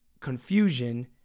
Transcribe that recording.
confusion